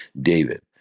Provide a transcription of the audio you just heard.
david